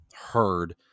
heard